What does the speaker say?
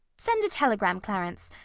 send a telegram, clarence.